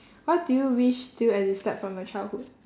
what do you wish still existed from your childhood